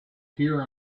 here